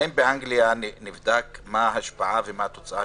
האם באנגליה נבדקה ההשפעה ומה התוצאה